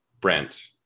Brent